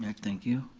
like thank you.